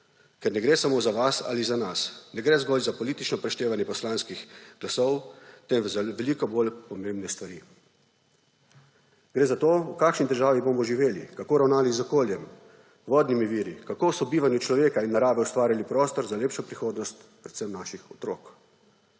ker ne gre samo za vas ali za nas; ne gre zgolj za politično preštevanje poslanskih glasov, temveč za veliko bolj pomembne stvari. Gre za to, v kakšni državi bomo živeli, kako ravnali z okoljem, vodnimi viri, kako ob sobivanju človeka in narave ustvarili prostor za lepšo prihodnost predvsem naših otrok.